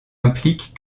implique